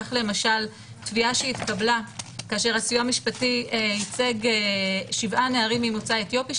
כך למשל תביעה שהתקבלה כאשר הסיוע המשפטי ייצג שבעה נערים ממוצא אתיופי,